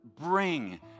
bring